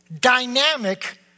dynamic